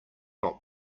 not